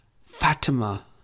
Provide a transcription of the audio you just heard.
Fatima